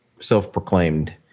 self-proclaimed